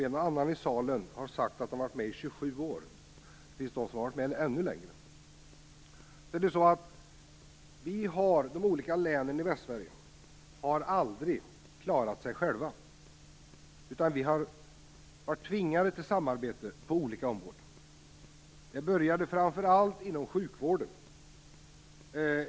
En och annan i salen har sagt att de har varit med i 27 år, och det finns de som har varit med ännu längre. De olika länen i Västsverige har aldrig klarat sig själva. Vi har varit tvingade till samarbete på olika områden. Ett organiserat samarbete började framför allt inom sjukvården.